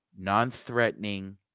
non-threatening